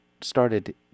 started